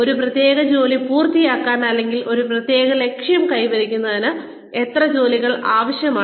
ഒരു പ്രത്യേക ജോലി പൂർത്തിയാക്കാൻ അല്ലെങ്കിൽ ഒരു പ്രത്യേക ലക്ഷ്യം കൈവരിക്കുന്നതിന് എത്ര ജോലികൾ ആവശ്യമാണ്